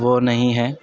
وہ نہیں ہے